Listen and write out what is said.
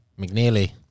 McNeely